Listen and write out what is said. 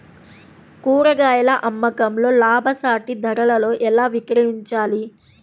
కూరగాయాల అమ్మకంలో లాభసాటి ధరలలో ఎలా విక్రయించాలి?